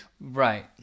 right